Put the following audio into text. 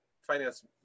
finance